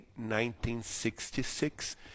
1966